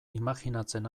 imajinatzen